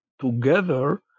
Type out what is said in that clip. together